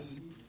Yes